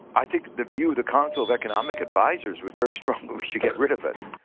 i think the view of the council of economic advisors was, very strongly, we should get rid of it.